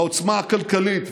העוצמה הכלכלית,